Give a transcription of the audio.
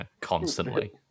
constantly